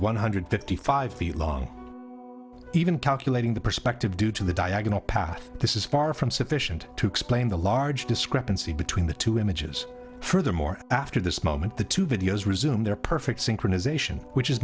one hundred fifty five feet long even calculating the perspective due to the diagonal path this is far from sufficient to explain the large discrepancy between the two images furthermore after this moment the two videos resume their perfect synchronization which is